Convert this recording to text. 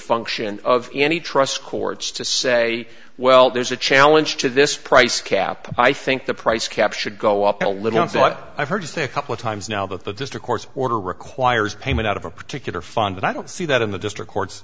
function of any trust courts to say well there's a challenge to this price cap i think the price cap should go up a little on what i've heard you say a couple times now that the district court's order requires payment out of a particular fund and i don't see that in the district courts